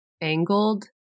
angled